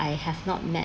I have not met